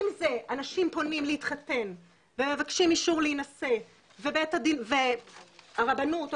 אם זה אנשים פונים להתחתן ומבקשים אישור להינשא והרבנות או